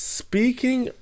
speaking